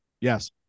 Yes